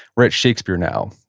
we're at shakespeare now.